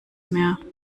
mehr